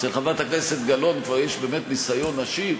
אצל חברת הכנסת גלאון כבר יש באמת ניסיון עשיר,